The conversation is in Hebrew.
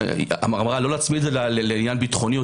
אמרה לא להצמיד לעניין ביטחוני או